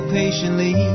patiently